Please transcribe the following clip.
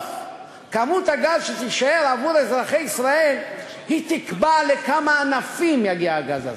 בסוף כמות הגז שתישאר לאזרחי ישראל תקבע לכמה ענפים יגיע הגז הזה.